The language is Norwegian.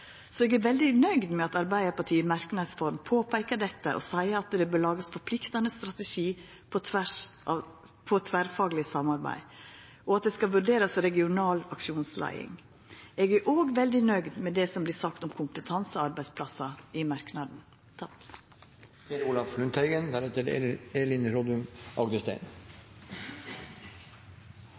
så eg er veldig nøgd med at Arbeidarpartiet i form av ein merknad påpeikar dette og seier at det bør lagast forpliktande strategi for tverrfagleg samarbeid, og at det skal vurderast regional aksjonsleiing. Eg er òg veldig nøgd med det som vert sagt om kompetansearbeidsplassar i merknaden.